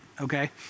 okay